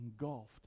engulfed